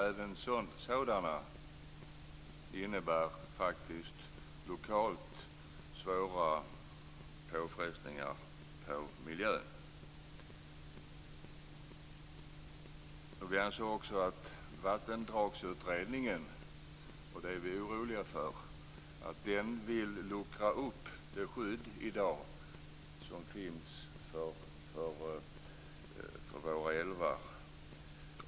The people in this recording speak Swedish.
Även sådana innebär lokalt svåra påfrestningar på miljön. Vattendragsutredningen vill - och det är vi oroliga för - luckra upp det skydd som i dag finns för våra älvar.